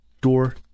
Door